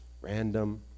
random